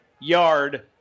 yard